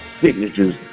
signatures